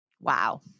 Wow